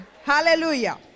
Hallelujah